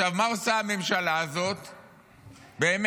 עכשיו, מה עושה הממשלה הזאת באמת?